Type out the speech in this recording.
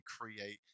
create